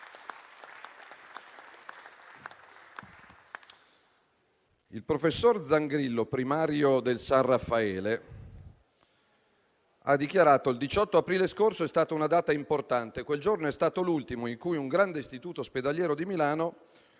Il professor Zangrillo, primario del San Raffaele, ha dichiarato: «Il 18 aprile scorso è stata una data importante. Quel giorno è stato l'ultimo in cui, in un grande istituto ospedaliero di Milano